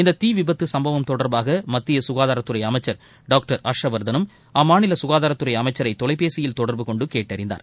இந்த தீ விபத்து சம்பவம் தொடர்பாக மத்திய சுகாதாரத்துறை அமைச்சர் டாக்டர் ஹாஷ்வர்தனும் அம்மாநில சுகாதாரத்துறை அமைச்சரை தொலைபேசியில் தொடர்பு கொண்டு கேட்டறிந்தார்